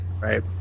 Right